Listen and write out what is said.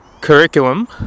curriculum